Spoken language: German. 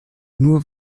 nur